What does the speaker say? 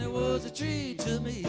there was a tree to me